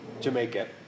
Jamaica